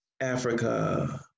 Africa